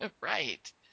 Right